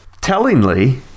tellingly